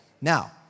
Now